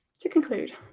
to conclude